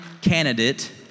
candidate